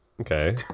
okay